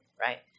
right